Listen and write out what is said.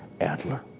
Adler